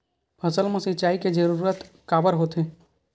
फसल मा सिंचाई के जरूरत काबर होथे?